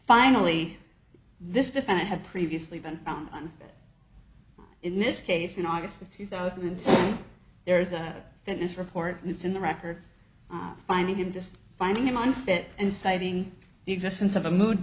finally this defendant had previously been found on in this case in august of two thousand and there's a fitness report and it's in the record finding him just finding him unfit and citing the existence of a mood